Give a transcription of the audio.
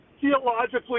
theologically